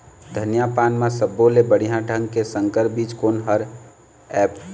धनिया पान म सब्बो ले बढ़िया ढंग के संकर बीज कोन हर ऐप?